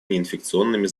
неинфекционными